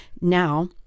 Now